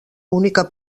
única